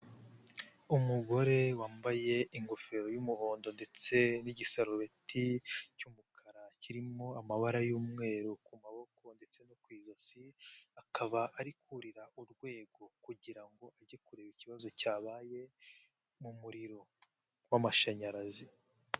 Umugore wambaye ingofero y'umuhondo, ndetse n'igisarureti cy'umukara kirimo amabara y'umweru ku maboko ndetse no ku ijosi, akaba ari kurira urwego kugira ngo ajye kureba ikibazo cyabaye mu muriro w'amashanyarazi.